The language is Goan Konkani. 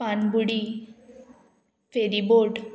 पानबुडी फेरीबोर्ट